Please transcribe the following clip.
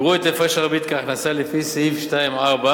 יראו את הפרש הריבית כהכנסה לפי סעיף 2(4)